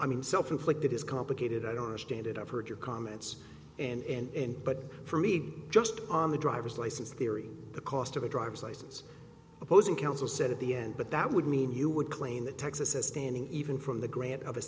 i mean self inflicted is complicated i don't understand it i've heard your comments and but for read just on the driver's license theory the cost of a driver's license opposing counsel said at the end but that would mean you would claim that texas is standing even from the grant o